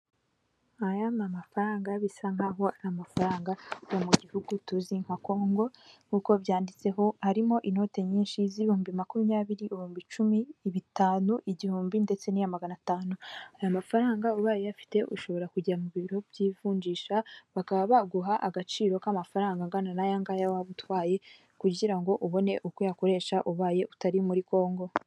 Aya ni mafaranga bisa nkaho ari amafaranga yo mu gihugu tuzi nka kongo nk'uko byanditseho harimo inoti nyinshi, bihumbi makumyabiri, ibihumbi icumi, bitanu, igihumbi, ndetse n'iya magana atanu aya mafarang ubaye uyafite ushobora kujya mu biro by'ivunjisha bakaba baguha agaciro k'amafaranga angana n'ayangaya waba uutwaye kugira ubone uko uyakoresha ubaye utari muri kongo.